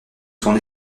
son